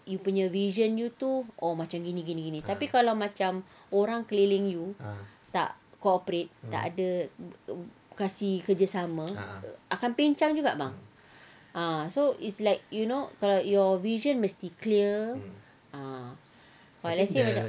you punya vision you tu oh macam gini gini tapi kalau macam orang keliling you tak cooperate tak ada kasi kerjasama akan pengsan juga bang ah so it's like you know kalau you know kalau your vision must be clear ah kalau let's say